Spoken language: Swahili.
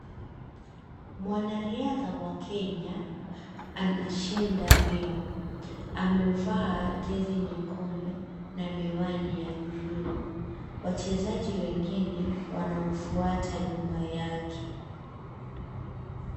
Mwanariadha wa Kenya anashinda mbio amevaa jezi nyekundu na miwani ya bluu. Wachezaji wengine wanamfuata nyuma yake.